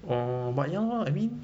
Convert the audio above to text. orh but ya lah I mean